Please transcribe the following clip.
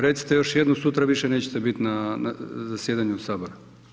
Recite još jednu sutra više nećete biti na zasjedanju Sabora.